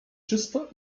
czysto